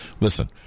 listen